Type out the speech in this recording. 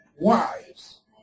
wives